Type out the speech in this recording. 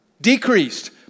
Decreased